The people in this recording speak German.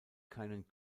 keinen